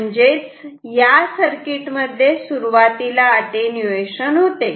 म्हणजेच या सर्किटमध्ये सुरुवातीला अटेन्यूएशन होते